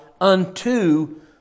unto